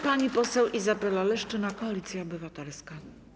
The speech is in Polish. Pani poseł Izabela Leszczyna, Koalicja Obywatelska.